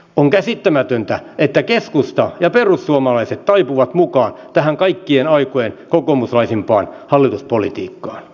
on käsittämätöntä että keskusta ja perussuomalaiset taipuvat mukaan tähän kaikkien aikojen kokoomuslaisimpaan hallituspolitiikkaan